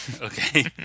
Okay